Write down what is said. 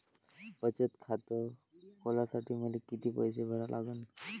बचत खात खोलासाठी मले किती पैसे भरा लागन?